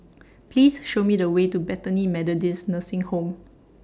Please Show Me The Way to Bethany Methodist Nursing Home